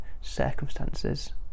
circumstances